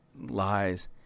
lies